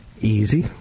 Easy